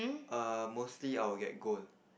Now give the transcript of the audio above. err mostly I will get gold